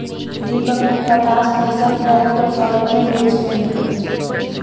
दीपक ने पचास फीसद क्रिप्टो शॉर्ट में बेच दिया